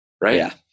right